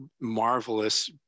marvelous